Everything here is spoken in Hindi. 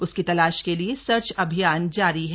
उसकी तलाश के लिए सर्च अभियान जारी है